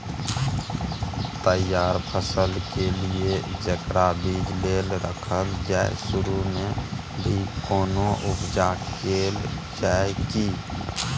तैयार फसल के लिए जेकरा बीज लेल रखल जाय सुरू मे भी कोनो उपचार कैल जाय की?